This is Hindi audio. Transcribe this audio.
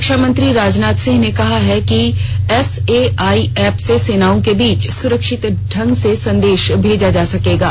रक्षामंत्री राजनाथ सिंह ने कहा है कि एसएआई ऐप से सेनाओं के बीच सुरक्षित ढंग से संदेश भेजे जा सकेंगे